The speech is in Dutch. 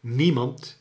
niemand